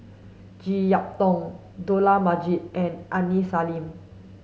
Jek Yeun Thong Dollah Majid and Aini Salim